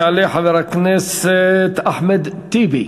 יעלה חבר הכנסת אחמד טיבי.